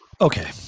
okay